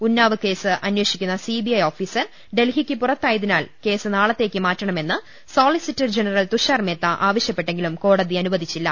Unnao case അന്വേഷിക്കുന്ന CBI officer ഡൽഹിക്ക് പുറത്തായതിനാൽ കേസ് നാളത്തേക്ക് മാറ്റണമെന്ന് സോളിസിറ്റർ ജനറൽ തുഷാർമേത്ത ആവശ്യപ്പെട്ടെങ്കിലും കോടതി അനുവദിച്ചില്ല